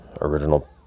original